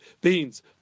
beans